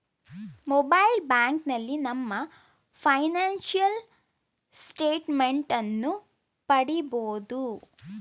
mobile ಬ್ಯಾಂಕಿನಲ್ಲಿ ನಮ್ಮ financial statement ಅನ್ನು ಪಡಿಬೋದು